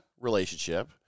relationship